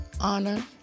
honor